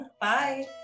Bye